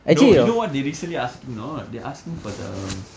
no you know what they recently asking or not they asking for the